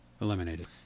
Eliminated